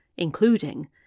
Including